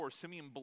Simeon